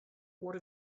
what